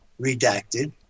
redacted